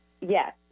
Yes